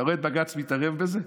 אתה רואה את בג"ץ מתערב בזה?